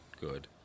good